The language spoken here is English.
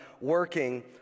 working